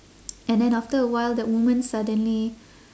and then after a while the woman suddenly